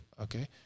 okay